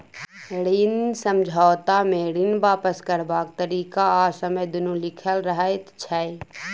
ऋण समझौता मे ऋण वापस करबाक तरीका आ समय दुनू लिखल रहैत छै